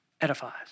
edifies